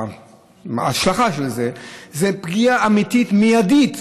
ההשלכה של זה זו פגיעה אמיתית, מיידית,